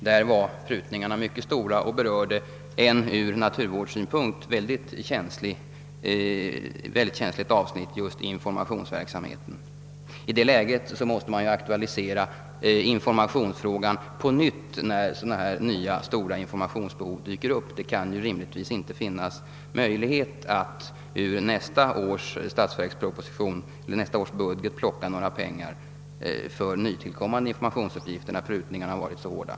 Dessa stora prutningar berörde ett ur naturvårdssynpunkt oerhört känsligt avsnitt, nämligen informationsverksamheten. I det läget ansåg jag att man måste aktualisera informationsfrågan på nytt, när stora nya informationsbehov dyker upp. Det kan rimligtvis inte finnas möjligheter att ur nästa års budget ta de pengar som behövs för nytillkommande informationsutgifter, när prutningarna har varit så hårda.